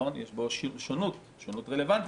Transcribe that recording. יש בו שונות רלוונטית.